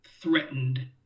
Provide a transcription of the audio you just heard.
threatened